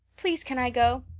please can i go?